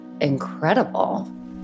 incredible